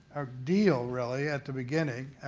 deal really at the beginning,